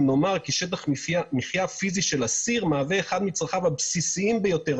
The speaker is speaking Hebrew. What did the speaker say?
נאמר כי שטח מחיה פיזי של אסיר מהווה אחד מצרכיו הבסיסיים ביותר,